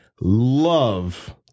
love